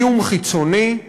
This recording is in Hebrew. איום חיצוני,